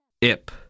IP